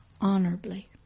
honorably